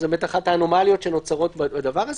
זו אחת האנומליות שנוצרות בזה.